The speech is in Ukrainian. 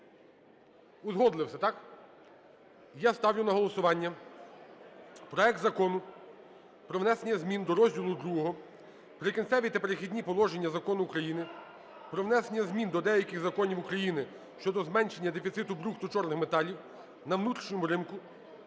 Узгодили все, так? Я ставлю на голосування проект Закону про внесення змін до Розділу ІІ "Прикінцеві та перехідні положення" Закону України "Про внесення змін до деяких законів України щодо зменшення дефіциту брухту чорних металів на внутрішньому ринку"